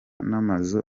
n’amazu